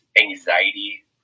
anxiety